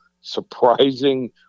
surprising